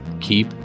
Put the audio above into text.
keep